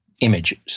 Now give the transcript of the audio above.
images